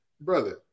Brother